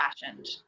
fashioned